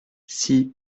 six